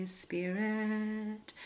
spirit